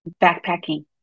backpacking